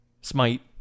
Smite